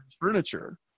furniture